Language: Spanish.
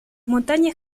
montañas